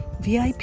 VIP